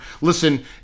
Listen